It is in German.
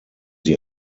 sie